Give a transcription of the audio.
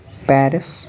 Paris